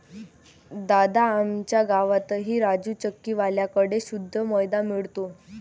दादा, आमच्या गावातही राजू चक्की वाल्या कड़े शुद्ध मैदा मिळतो